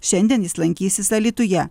šiandien jis lankysis alytuje